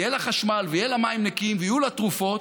יהיה לה חשמל ויהיו לה מים נקיים ויהיו לה תרופות,